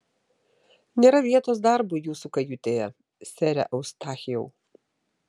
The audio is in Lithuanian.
nėra vietos darbui jūsų kajutėje sere eustachijau